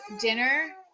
dinner